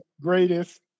greatest